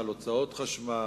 חשמל, בהוצאות חשמל,